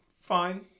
fine